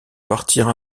partir